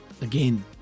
again